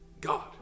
God